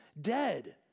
dead